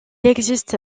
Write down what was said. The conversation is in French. existe